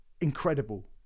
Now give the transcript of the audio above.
incredible